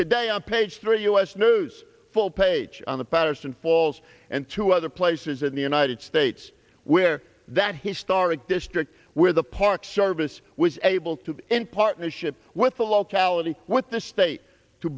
today on page three us news full page on the paterson falls and two other places in the united states where that historic district where the park service was able to be in partnership with the locality with the state to